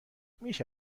میشه